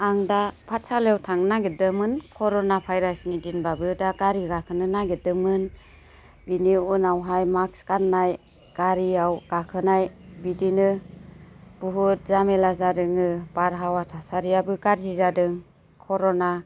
आं दा पाठसालायाव थांनो नागिरदोंमोन कर'ना भायराचनि दिनबाबो दा गारि गाखोनो नागिरदोंमोन बिनि उनावहाय माक्स गान्नाय गारियाव गाखोनाय बिदिनो बहुद जामेला जादोङो बारहावा थासारियाबो गाज्रि जादों कर'ना